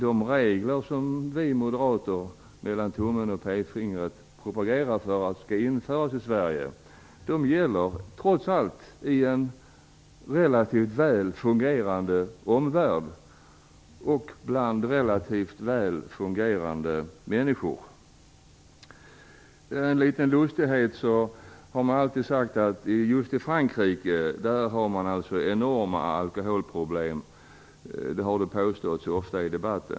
De regler som vi moderater propagerar för att införa i Sverige gäller trots allt i en relativt väl fungerande omvärld och bland relativt väl fungerande människor. Som en liten lustighet vill jag nämna att det ju ofta i debatten har påståtts att man har enorma alkoholproblem i Frankrike.